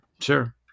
sure